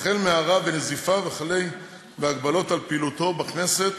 החל מהערה ונזיפה וכלה בהגבלות על פעילותו בכנסת